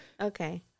Okay